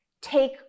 take